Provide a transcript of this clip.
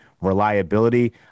reliability